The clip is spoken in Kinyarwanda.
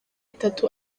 itatu